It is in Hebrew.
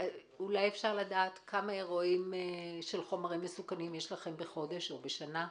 אפשר לדעת כמה אירועים של חומרים מסוכנים יש לכם בחודש או בשנה?